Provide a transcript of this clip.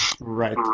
right